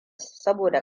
saboda